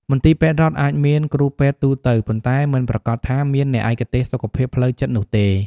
មន្ទីរពេទ្យរដ្ឋអាចមានគ្រូពេទ្យទូទៅ ប៉ុន្តែមិនប្រាកដថាមានអ្នកឯកទេសសុខភាពផ្លូវចិត្តនោះទេ។